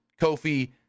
Kofi